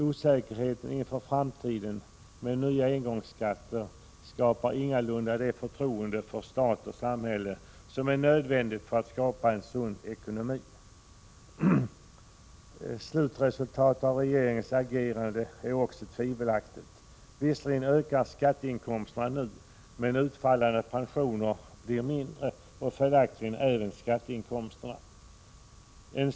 Osäkerheten inför framtiden med nya engångsskatter skapar ingalunda det förtroende för stat och samhälle som är nödvändigt för att skapa en sund ekonomi. Slutresultatet av regeringens agerande är också tvivelaktigt. Visserligen ökar skatteinkomsterna nu, men utfallande pensioner och följaktligen även skatteinkomsterna blir mindre.